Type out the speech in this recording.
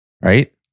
right